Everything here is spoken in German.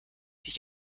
sich